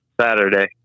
Saturday